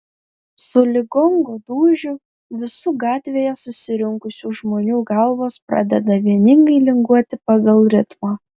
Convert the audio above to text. sulig gongo dūžiu visų gatvėje susirinkusių žmonių galvos pradeda vieningai linguoti pagal ritmą